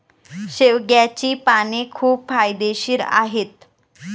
शेवग्याची पाने खूप फायदेशीर आहेत